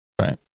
Right